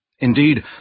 Indeed